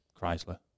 Chrysler